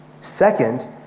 Second